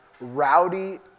rowdy